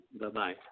Bye-bye